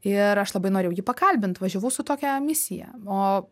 ir aš labai norėjau jį pakalbint važiavau su tokia misija o